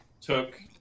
took